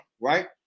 right